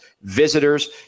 visitors